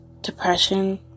depression